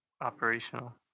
operational